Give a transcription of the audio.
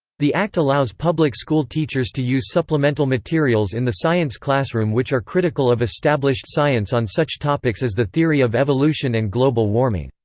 the act allows public school teachers to use supplemental materials in the science classroom which are critical of established science on such topics as the theory of evolution and global warming.